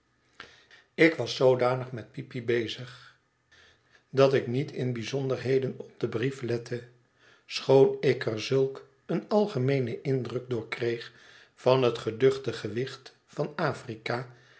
ik was zoodanig met peepy bezig dat ik niet in bijzonderheden op den brief lette schoon ik er zulk een algemeenen indruk door kreeg van het geduchte gewicht van afrika